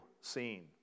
scene